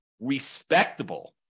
respectable